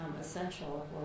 essential